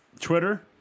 Twitter